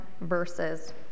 verses